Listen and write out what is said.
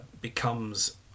becomes